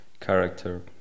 character